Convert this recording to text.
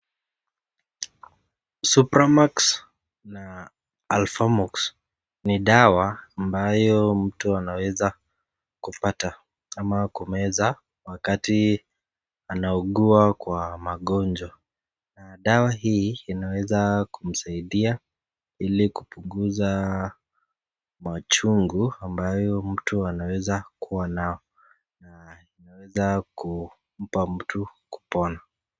Supramax na Alfamox ni dawa ambayo mtu anaweza kupata ama kumeza wakati anaugua kwa magonjwa na dawa hii inaweza kumsaidia ili kupunguza machungu ambayo mtu anaweza kuwa nayo na inaweza kumpa mtu kupona.